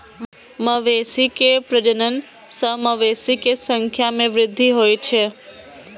मवेशी के प्रजनन सं मवेशी के संख्या मे वृद्धि होइ छै